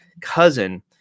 cousin